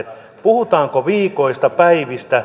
puhutaanko viikoista päivistä